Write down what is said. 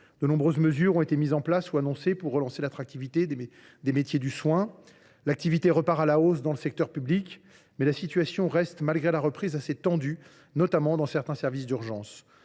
De nombreuses mesures ont été mises en place ou annoncées pour relancer l’attractivité des métiers du soin. L’activité repart à la hausse dans le secteur public, mais la situation reste assez tendue malgré la reprise, notamment dans certains services d’urgence.